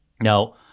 Now